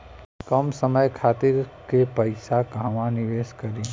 कम समय खातिर के पैसा कहवा निवेश करि?